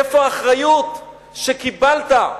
איפה האחריות שקיבלת?